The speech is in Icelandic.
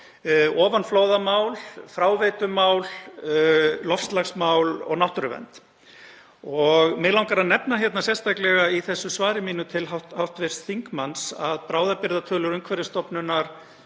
ofanflóðamál, fráveitumál, loftslagsmál og náttúruvernd. Mig langar að nefna sérstaklega í þessu svari mínu til hv. þingmanns að bráðabirgðatölur Umhverfisstofnunar